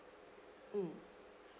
mm